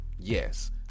Yes